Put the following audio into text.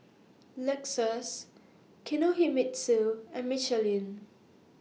Lexus Kinohimitsu and Michelin